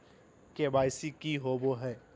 KYC की होबो है?